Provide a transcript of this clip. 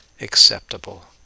acceptable